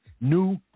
new